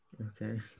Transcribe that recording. Okay